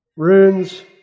Runes